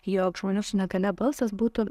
jog žmonių su negalia balsas būtų